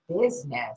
business